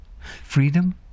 Freedom